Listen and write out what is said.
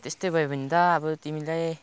त्यस्तै भयो भने त अब तिमीलाई